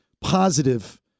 positive